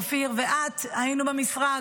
אופיר ואת היינו במשרד.